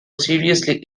seriously